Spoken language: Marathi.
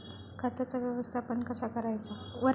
खताचा व्यवस्थापन कसा करायचा?